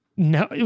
No